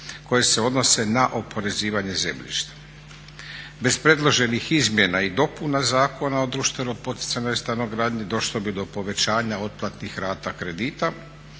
koje se odnose na oporezivanje zemljišta. Bez predloženih izmjena i dopuna Zakona o društveno poticajnoj stanogradnji došlo bi do povećanja otplatnih rata kredita